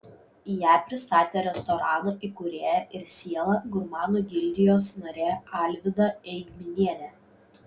ją pristatė restorano įkūrėja ir siela gurmanų gildijos narė alvyda eigminienė